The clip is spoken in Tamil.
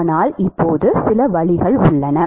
ஆனால் இப்போது சில வழிகள் உள்ளன